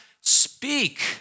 speak